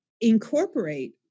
incorporate